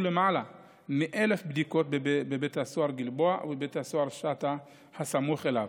למעלה מ-1,000 בדיקות בבית הסוהר גלבוע ובבית הסוהר שאטה הסמוך אליו.